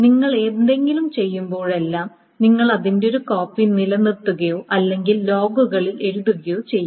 നിങ്ങൾ എന്തെങ്കിലും ചെയ്യുമ്പോഴെല്ലാം നിങ്ങൾ അതിന്റെ ഒരു കോപ്പി നിലനിർത്തുകയോ അല്ലെങ്കിൽ ലോഗുകളിൽ എഴുതുകയോ ചെയ്യും